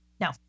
No